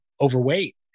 overweight